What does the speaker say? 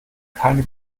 keine